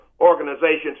organizations